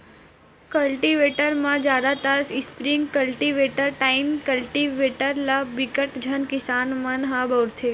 cultivator म जादातर spring cultivator, tine cultivator ल बिकट झन किसान मन ह बउरथे